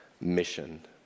mission